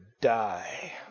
die